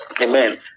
Amen